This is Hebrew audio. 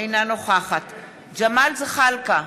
אינה נוכחת ג'מאל זחאלקה,